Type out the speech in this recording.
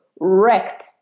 wrecked